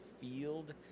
field